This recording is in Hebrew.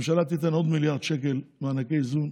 הממשלה תיתן עוד מיליארד שקל מענקי איזון,